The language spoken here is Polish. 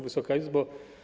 Wysoka Izbo!